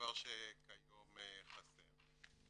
דבר שכיום חסר.